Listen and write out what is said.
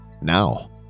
now